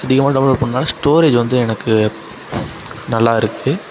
அதிகமாக டவுன்லோட் பண்ணுவேன் ஸ்டோரேஜ் வந்து எனக்கு நல்லா இருக்குது